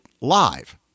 live